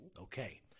Okay